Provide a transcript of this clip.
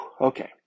Okay